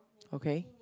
okay